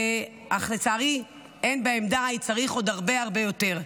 אך לצערי, לא די בהם, צריך עוד הרבה הרבה יותר.